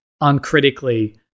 uncritically